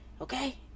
Okay